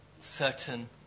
certain